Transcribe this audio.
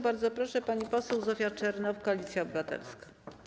Bardzo proszę, pani poseł Zofia Czernow, Koalicja Obywatelska.